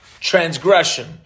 transgression